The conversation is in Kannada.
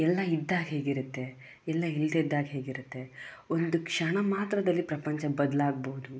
ಎಲ್ಲ ಇದ್ದಾಗ ಹೇಗಿರುತ್ತೆ ಎಲ್ಲ ಇಲ್ಲದಿದ್ದಾಗ ಹೇಗಿರುತ್ತೆ ಒಂದು ಕ್ಷಣ ಮಾತ್ರದಲ್ಲಿ ಪ್ರಪಂಚ ಬದಲಾಗ್ಬೋದು